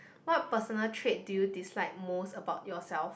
what personal traits do you dislike most about yourself